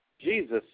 Jesus